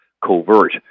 covert